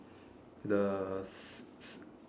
the s~ s~